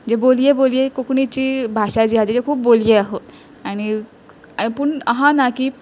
जे बोलये बोलये कोंकणीची भाशा जी आहा तेजे खूब बोलये आहत आनी पूण आहा ना की